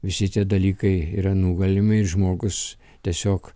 visi tie dalykai yra nugalimi ir žmogus tiesiog